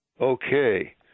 Okay